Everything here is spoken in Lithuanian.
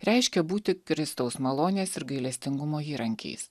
reiškia būti kristaus malonės ir gailestingumo įrankiais